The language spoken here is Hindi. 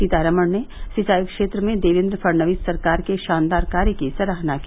सीतारामन ने सिंचाई क्षेत्र में देवेन्द्र फडणवीस सरकार के शानदार कार्य की सराहना की